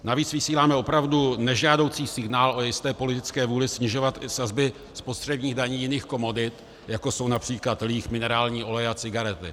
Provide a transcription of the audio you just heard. Navíc vysíláme opravdu nežádoucí signál o jisté politické vůli snižovat i sazby spotřebních daní jiných komodit, jako jsou např. líh, minerální olej a cigarety.